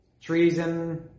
Treason